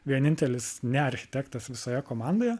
vienintelis ne architektas visoje komandoje